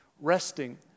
resting